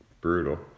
brutal